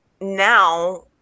now